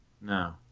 No